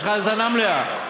יש לך האזנה מלאה.